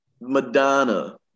Madonna